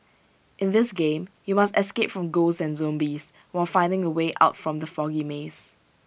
in this game you must escape from ghosts and zombies while finding the way out from the foggy maze